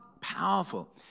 Powerful